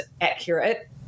accurate